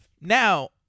now